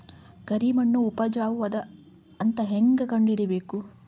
ಕರಿಮಣ್ಣು ಉಪಜಾವು ಅದ ಅಂತ ಹೇಂಗ ಕಂಡುಹಿಡಿಬೇಕು?